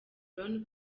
brown